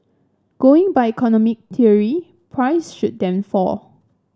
going by economic theory price should then fall